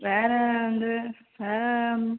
வேறு வந்து வேறு